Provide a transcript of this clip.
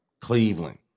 Cleveland